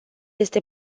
este